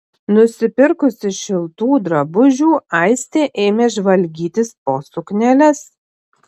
nusipirkusi šiltų drabužių aistė ėmė žvalgytis po sukneles